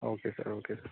okay sir okay sir